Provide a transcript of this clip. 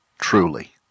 truly